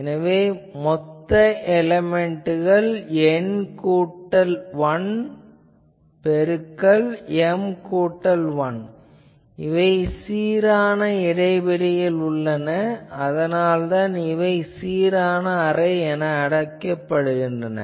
எனவே மொத்த எலேமென்ட்கள் N கூட்டல் 1 பெருக்கல் M கூட்டல் 1 இவை சீரான இடைவெளியில் உள்ளன அதனால்தான் இவை சீரான அரே எனப்படுகின்றன